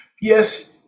Yes